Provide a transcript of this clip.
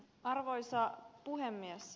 arvoisa puhemies